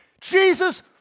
Jesus